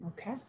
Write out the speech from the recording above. Okay